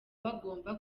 bagomba